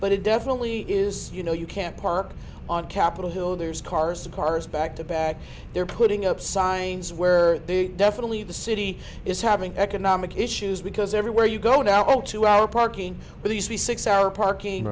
but it definitely is you know you can't park on capitol hill there's cars and cars back to back they're putting up signs where the definitely the city is having economic issues because everywhere you go now all to our parking but these three six hour parking